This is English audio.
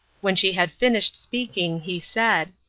when she had finished speaking he said,